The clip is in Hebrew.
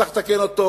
צריך לתקן אותו,